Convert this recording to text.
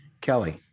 kelly